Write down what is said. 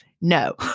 No